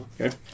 Okay